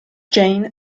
jane